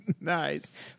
Nice